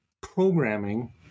programming